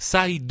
Sai